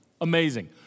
Amazing